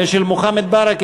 ושל מוחמד ברכה,